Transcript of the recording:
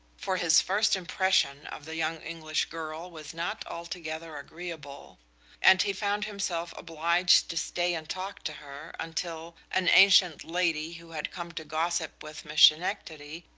for his first impression of the young english girl was not altogether agreeable and he found himself obliged to stay and talk to her until an ancient lady, who had come to gossip with miss schenectady,